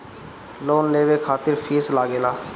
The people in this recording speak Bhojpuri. लोन लेवे खातिर फीस लागेला?